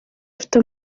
afite